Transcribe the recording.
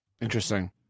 Interesting